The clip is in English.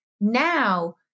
now